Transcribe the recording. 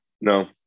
No